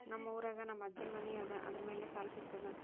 ನಮ್ ಊರಾಗ ನಮ್ ಅಜ್ಜನ್ ಮನಿ ಅದ, ಅದರ ಮ್ಯಾಲ ಸಾಲಾ ಸಿಗ್ತದ?